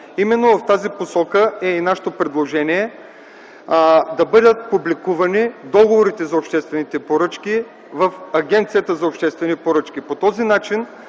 мнение. В тази посока е и нашето предложение да бъдат публикувани договорите за обществените поръчки в Агенцията за обществени поръчки. По този начин,